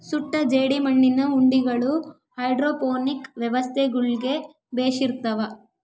ಸುಟ್ಟ ಜೇಡಿಮಣ್ಣಿನ ಉಂಡಿಗಳು ಹೈಡ್ರೋಪೋನಿಕ್ ವ್ಯವಸ್ಥೆಗುಳ್ಗೆ ಬೆಶಿರ್ತವ